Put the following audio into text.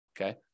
okay